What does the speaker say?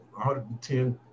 110